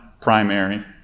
primary